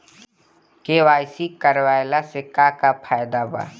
KYC करवला से का का फायदा बा?